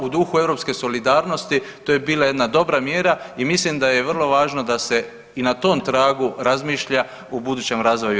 No u duhu europske solidarnosti to je bila jedna dobra mjera i mislim da je vrlo važno da se i na tom tragu razmišlja u budućem razvoju EU.